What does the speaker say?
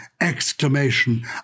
Exclamation